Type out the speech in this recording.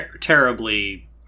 terribly